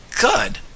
Good